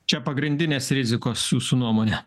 čia pagrindinės rizikos jūsų nuomone